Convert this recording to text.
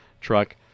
truck